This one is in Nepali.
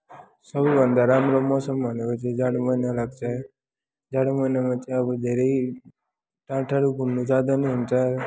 सबैभन्दा राम्रो मौसम भनेको चाहिँ जाडो महिना लाग्छ जाडो महिनामा चाहिँ अब धेरै टाढो टाढो घुम्नु जाँदा पनि हुन्छ